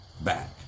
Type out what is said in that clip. back